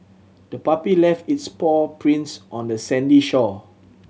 the puppy left its paw prints on the sandy shore